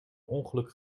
ongeluk